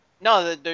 no